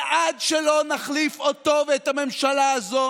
ועד שלא נחליף אותו ואת הממשלה הזו